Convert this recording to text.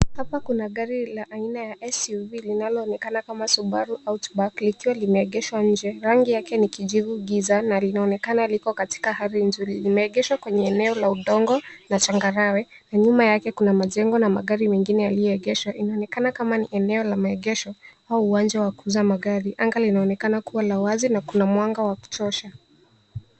Hapa kuna gari la aina ya SUV linaloonekana kama Subaru outback likiwa limeegeshwa nje. Rangi yake ni kijivu giza na linaonekana liko katika hali nzuri. Limeegeshwa kwenye eneo la udongo na changarawe na nyuma yake kuna majengo na magari mengine yaliyoegeshwa. Inaonekana kama ni eneo la maegesho au uwanja wa kuuza magari. Anga linaonekana kuwa la wazi na kuna mwanga wakutosha.